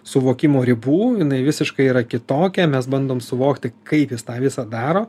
suvokimo ribų jinai visiškai yra kitokia mes bandom suvokti kaip jis tą visą daro